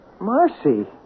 Marcy